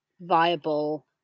viable